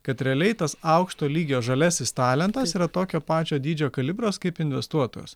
kad realiai tas aukšto lygio žaliasis talentas yra tokio pačio dydžio kalibras kaip investuotojas